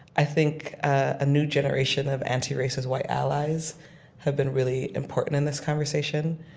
i think a new generation of anti-racism white allies have been really important in this conversation.